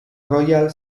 royal